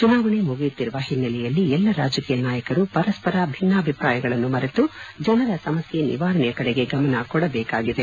ಚುನಾವಣೆ ಮುಗಿಯುತ್ತಿರುವ ಹಿನ್ನೆಲೆಯಲ್ಲಿ ಎಲ್ಲ ರಾಜಕೀಯ ನಾಯಕರು ಪರಸ್ಪರ ಭಿನ್ನಾಭಿಪ್ರಾಯಗಳನ್ನು ಮರೆತು ಜನರ ಸಮಸ್ಯೆ ನಿವಾರಣೆಯ ಕಡೆಗೆ ಗಮನ ಕೊಡಬೇಕಾಗಿದೆ